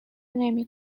نمی